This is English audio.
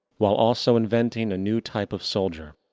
while also inventing a new type of soldier.